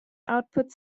output